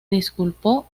disculpó